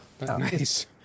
Nice